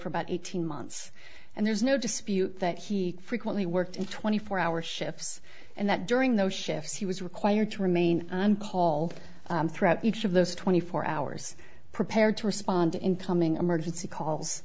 for about eighteen months and there's no dispute that he frequently worked in twenty four hour shifts and that during those shifts he was required to remain on call throughout each of those twenty four hours prepared to respond to incoming emergency calls